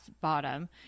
bottom